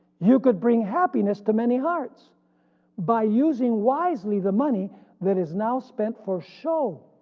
you could bring happiness to many hearts by using wisely the money that is now spent for show.